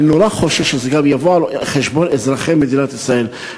אני נורא חושש שזה גם יבוא על חשבון אזרחי מדינת ישראל.